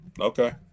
Okay